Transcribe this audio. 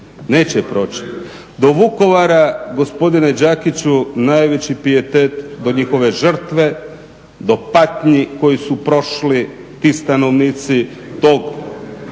Neće proći. Do Vukovara, gospodine Đakiću najveći pijetet, do njihove žrtve, do patnji koji su prošli ti stanovnici tog